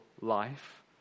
life